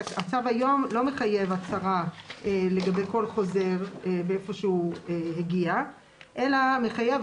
הצו היום לא מחייב הצהרה לגבי כל חוזר מאיפה הוא הגיע אלא מחייב